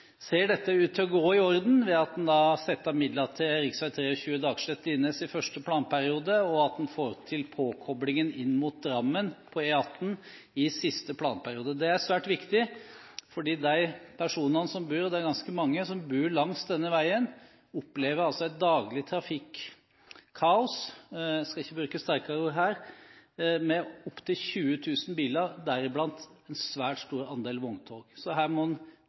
ser dette heldigvis ut til å gå i orden ved at en setter av midler til rv. 23 Dagslett–Linnes i første planperiode, og at en får til påkoblingen inn mot Drammen på E18 i siste planperiode. Det er svært viktig, fordi de personene som bor langs denne veien, og det er ganske mange, opplever et daglig trafikkaos – jeg skal ikke bruke sterkere ord her – med opptil 20 000 biler, deriblant en svært stor andel vogntog. Så her må en